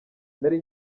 nari